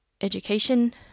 education